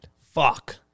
Fuck